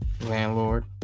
Landlord